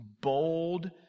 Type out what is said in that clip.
bold